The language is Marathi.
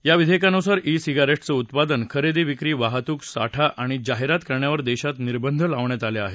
या विधेयकानुसार ई सिगारेट्सचं उत्पादन खरेदी विक्री वाहतूक साठा आणि जाहिरात करण्यावर देशात निर्बंध लावण्यात आले आहेत